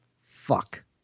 Fuck